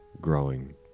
growing